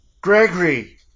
Gregory